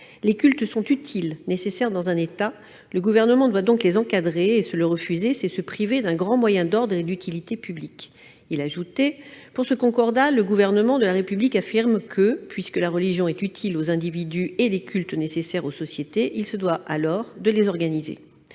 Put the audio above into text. « Les cultes sont utiles, nécessaires dans un État. Le gouvernement doit donc les encadrer. Se le refuser, c'est se priver d'un grand moyen d'ordre et d'utilité publique. » Il ajoutait :« Par ce concordat, le gouvernement de la République affirme que, puisque la religion est utile aux individus et les cultes nécessaires aux sociétés, il se doit alors de les organiser. »